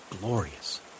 glorious